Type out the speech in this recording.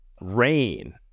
Rain